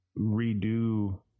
redo